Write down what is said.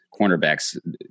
cornerbacks –